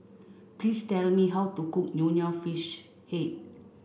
please tell me how to cook Nonya Fish Head